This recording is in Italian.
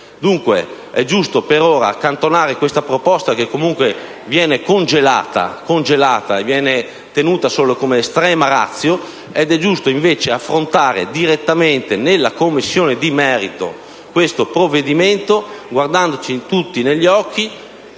Dunque, è giusto per ora accantonare questa proposta, che comunque viene congelata e tenuta solo come *extrema* *ratio*, mentre è giusto invece affrontare direttamente, nella Commissione di merito, questo provvedimento guardandoci tutti negli occhi